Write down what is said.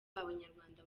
abanyarwanda